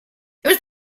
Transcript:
was